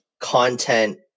content